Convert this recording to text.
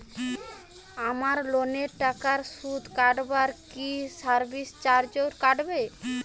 আমার লোনের টাকার সুদ কাটারপর কি সার্ভিস চার্জও কাটবে?